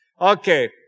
Okay